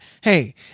hey